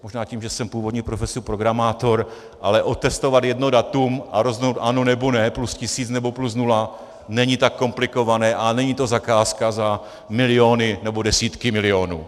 Možná tím, že jsem původní profesí programátor, ale otestovat jedno datum a rozhodnout ano, nebo ne, plus tisíc, nebo plus nula, není tak komplikované a není to zakázka za miliony nebo desítky milionů.